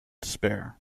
despair